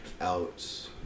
out